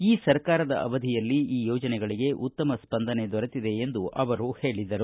ಈ ಸರ್ಕಾರದ ಅವಧಿಯಲ್ಲಿ ಈ ಯೋಜನೆಗಳಿಗೆ ಉತ್ತಮ ಸ್ವಂದನೆ ದೊರೆತಿದೆ ಎಂದು ಅವರು ಹೇಳಿದರು